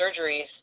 surgeries